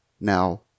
now